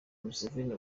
museveni